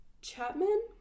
Chapman